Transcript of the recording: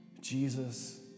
Jesus